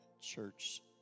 church